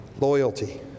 loyalty